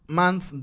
month